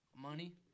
Money